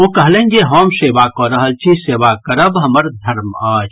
ओ कहलनि जे हम सेवा कऽ रहल छी सेवा करब हमर धर्म अछि